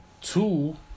two